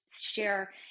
share